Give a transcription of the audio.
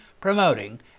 promoting